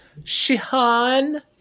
Shihan